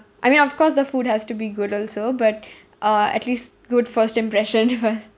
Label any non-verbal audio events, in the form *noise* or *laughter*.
I mean of course the food has to be good also but *breath* uh at least good first impression first